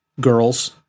girls